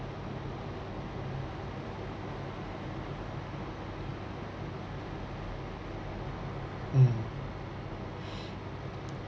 mm